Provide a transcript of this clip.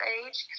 age